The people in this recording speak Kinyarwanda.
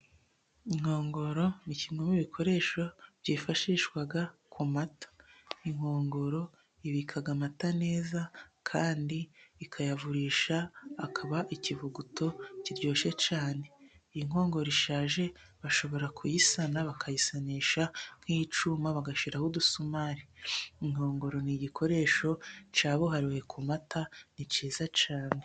Inkongoro ni kimwe mu ibikoresho byifashishwa ku mata. Inkongoro ibika amata neza kandi ikayavurisha, akaba ikivuguto kiryoshye cyane. Iyo inkongoro ishaje bashobora kuyisana, bakayisanisha nk'icyuma bagashyiraho udusumari. Inkongoro ni igikoresho cyabuhariwe ku mata, ni cyiza cyane.